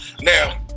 Now